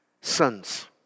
sons